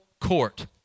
court